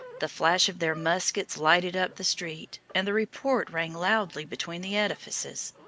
the flash of their muskets lighted up the street, and the report rang loudly between the edifices.